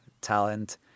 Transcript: talent